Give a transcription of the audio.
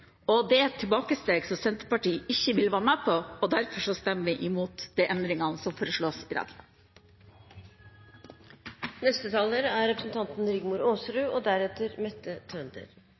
som Senterpartiet ikke vil være med på. Derfor stemmer vi imot de endringene som foreslås i